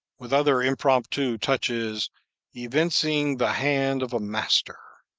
with other impromptu touches evincing the hand of a master